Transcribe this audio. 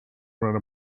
wrote